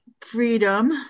freedom